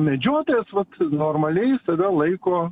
medžiotojas vat normaliai save laiko